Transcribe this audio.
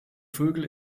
vögel